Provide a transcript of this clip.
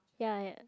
ya